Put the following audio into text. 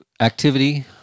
activity